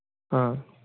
ꯑꯥ